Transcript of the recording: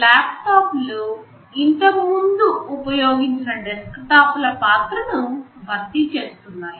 ల్యాప్టాప్లు ఇంతకు ముందు ఉపయోగించిన డెస్క్టాప్ల పాత్రను భర్తీ చేస్తున్నాయి